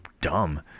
dumb